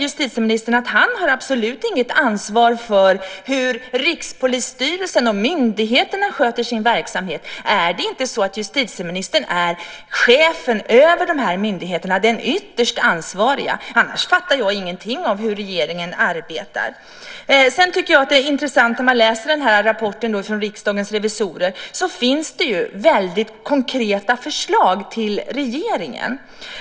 Justitieministern säger att han absolut inte har något ansvar för hur Rikspolisstyrelsen och myndigheterna sköter sin verksamhet. Är det inte så att justitieministern är chefen och den ytterst ansvarige över de myndigheterna? Annars fattar jag ingenting av hur regeringen arbetar. Det är intressant att läsa rapporten från Riksdagens revisorer. Där finns konkreta förslag till regeringen.